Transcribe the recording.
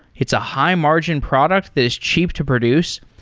it's a high-margin product that is cheap to produce.